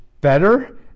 better